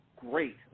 great